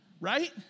Right